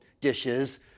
dishes